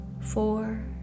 Four